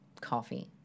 coffee